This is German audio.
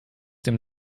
dem